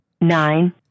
nine